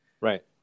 Right